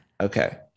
Okay